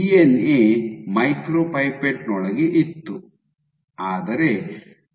DNA micropipette ನೊಳಗೆ ಇತ್ತು ಆದರೆ 53 ಬಿಪಿ 1 ಹೊರಗಿದೆ